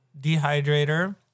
dehydrator